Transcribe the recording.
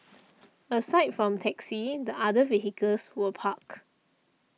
aside from taxi the other vehicles were parked